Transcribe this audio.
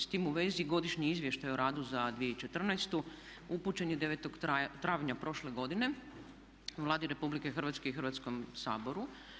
S tim u vezi godišnji izvještaj o radu za 2014.upućen je 9.travnja prošle godine Vladi RH i Hrvatskom saboru.